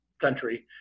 country